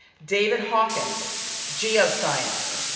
david hawkins, geoscience.